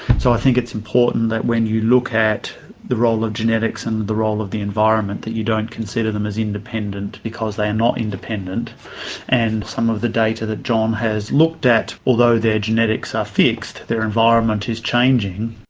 so i think it's important that when you look at the role of genetics and the role of the environment that you don't consider them as independent because they are not independent and some of the data that john has looked at, although their genetics are fixed, their environment is changing.